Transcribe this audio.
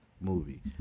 movie